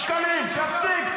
שקלים, תפסיק.